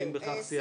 האם בכך סיימנו?